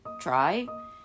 Try